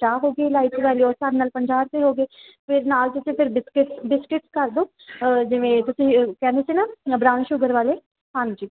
ਚਾਹ ਹੋ ਗਈ ਇਲਾਇਚੀ ਵਾਲੀ ਉਸ ਹਿਸਾਬ ਨਾਲ ਪੰਜਾਹ ਰੁਪਏ ਹੋ ਗਏ ਫਿਰ ਨਾਲ ਤੁਸੀਂ ਫਿਰ ਬਿਸਕੁਟ ਬਿਸਕੁਟ ਕਰ ਦਿਉ ਜਿਵੇਂ ਤੁਸੀਂ ਕਹਿੰਦੇ ਸੀ ਨਾ ਮਤਲਬ ਬਰਾਉਨ ਸ਼ੂਗਰ ਵਾਲੇ ਹਾਂਜੀ